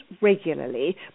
regularly